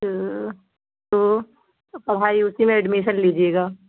اچھا تو پڑھائی اسی میں ایڈمیشن لیجیے گا